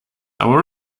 our